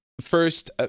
First